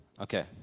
Okay